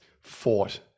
fought